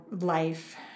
life